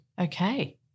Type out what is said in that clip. Okay